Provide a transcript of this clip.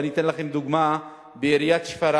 ואני אתן לכם דוגמה: בעיר שפרעם